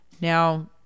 now